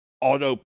Auto